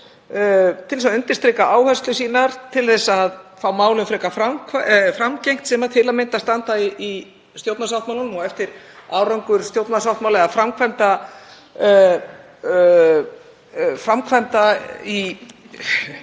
til þess að undirstrika áherslur sínar, til að fá málum frekar framgengt sem til að mynda standa í stjórnarsáttmálanum. Eftir árangur stjórnarsáttmála eða framkvæmda á síðasta